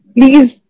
Please